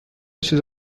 چیز